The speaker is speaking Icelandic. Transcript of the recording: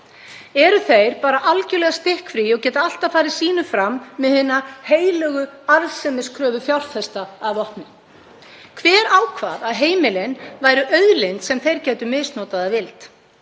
Eru þeir bara algerlega stikkfríir og geta alltaf farið sínu fram með hina heilögu arðsemiskröfu fjárfesta að vopni? Hver ákvað að heimilin væru auðlind sem þeir gætu misnotað að vild?